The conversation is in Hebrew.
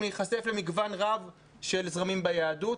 להיחשף למגוון רב של זרמים ביהדות,